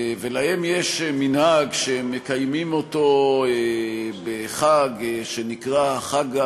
ולהם יש מנהג, שהם מקיימים בחג שנקרא חג,